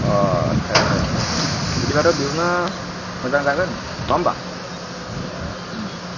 अ आच्चा आच्चा आच्चा बिदिबाथ' बेयावनो मोजां जागोन नङा होनबा